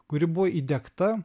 kuri buvo įdiegta